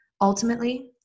Ultimately